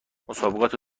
مسابقات